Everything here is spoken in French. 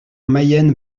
mayenne